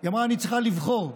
אני צריכה לבחור,